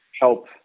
help